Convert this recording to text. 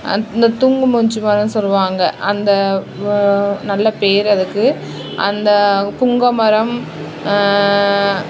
இந்த தூங்கு மூஞ்சு மரம்னு சொல்லுவாங்க அந்த நல்ல பேர் அதுக்கு அந்த புங்கை மரம்